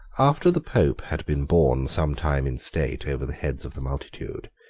after the pope had been borne some time in state over the heads of the multitude,